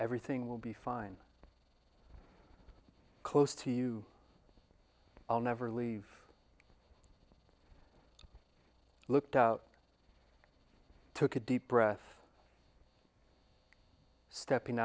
everything will be fine close to you i'll never leave looked out took a deep breath stepping